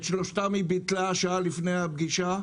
את שלושתן היא ביטלה שעה לפני הפגישה,